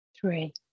Three